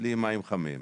בלי מים חמים.